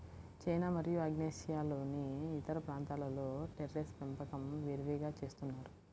China మరియు ఆగ్నేయాసియాలోని ఇతర ప్రాంతాలలో టెర్రేస్ పెంపకం విరివిగా చేస్తున్నారు